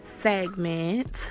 segment